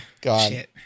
God